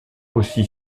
aussi